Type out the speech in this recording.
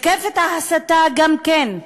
מתקפת ההסתה, גם כן,